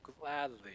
gladly